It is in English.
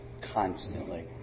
constantly